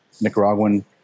Nicaraguan